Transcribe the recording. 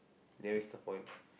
there's the point